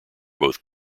both